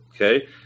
Okay